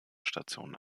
station